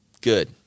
Good